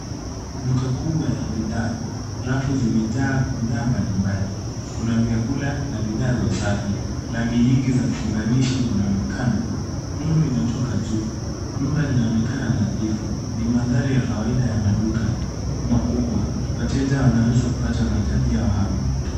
Duka kubwa la bidhaa. Rafu zimejaa bidhaa mbalimbali. Kuna vyakula na bidhaa za usafi. Rangi nyingi za funganisho zinaonekana. Nuru inatoka juu. Duka linaonekana nadhifu. Ni mandhari ya kawaida ya maduka makubwa. Wateja wanaweza kupata mahitaji yao hapo.